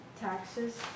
taxes